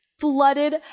flooded